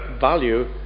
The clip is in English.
value